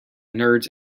nerds